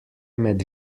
med